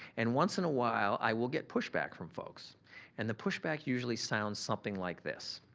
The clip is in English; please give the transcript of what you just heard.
and once in a while i will get pushback from folks and the pushback usually sounds something like this.